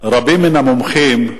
רבים מן המומחים,